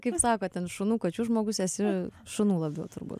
kaip sako ten šunų kačių žmogus esi šunų labiau turbūt